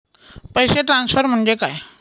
पैसे ट्रान्सफर म्हणजे काय?